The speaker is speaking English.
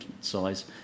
size